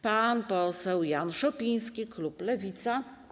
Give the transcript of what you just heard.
Pan poseł Jan Szopiński, Klub Lewica.